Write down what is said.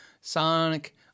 Sonic